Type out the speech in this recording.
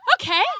okay